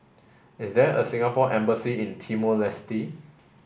is there a Singapore embassy in Timor Leste